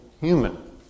human